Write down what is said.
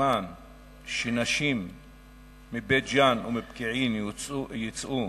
נשים מבית-ג'ן ומפקיעין יוצאות